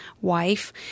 wife